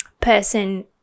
person